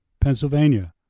Pennsylvania